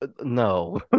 No